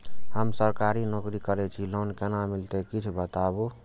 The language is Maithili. हम सरकारी नौकरी करै छी लोन केना मिलते कीछ बताबु?